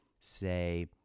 say